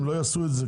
הם לא יעשו את זה.